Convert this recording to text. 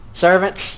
Servants